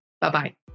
Bye-bye